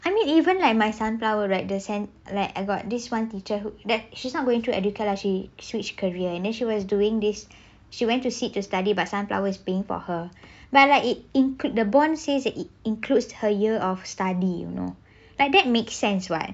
I mean even like my sunflower right the cent~ like I got this one teacher who that she's not going to educare lah she switch career and she was doing this she went to seek to study by sunflowers being for her but like it include the bond says that it includes her year of study you know they that makes sense [what]